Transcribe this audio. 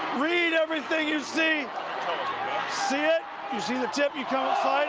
read everything you see see it, you see the tip, you come up